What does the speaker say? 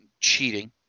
cheating